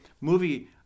movie